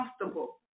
comfortable